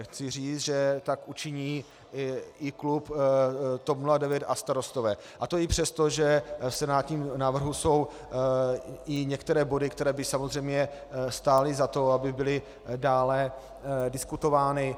Chci říci, že tak učiní i klub TOP 09 a Starostové, a to i přesto, že v senátním návrhu jsou i některé body, které by samozřejmě stály za to, aby byly dále diskutovány.